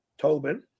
Tobin